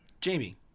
Jamie